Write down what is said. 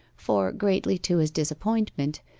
for, greatly to his disappointment,